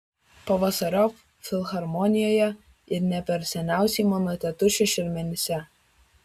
pavasariop filharmonijoje ir ne per seniausiai mano tėtušio šermenyse